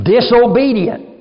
Disobedient